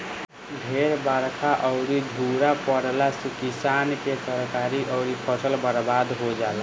ढेर बरखा अउरी झुरा पड़ला से किसान के तरकारी अउरी फसल बर्बाद हो जाला